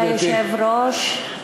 כבוד היושב-ראש,